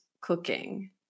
cooking